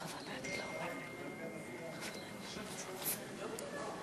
כמעט חצות, זמן לווידויים.